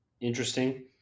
interesting